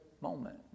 moment